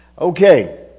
Okay